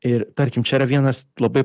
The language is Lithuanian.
ir tarkim čia yra vienas labai